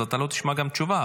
אז אתה ללא תשמע גם תשובה,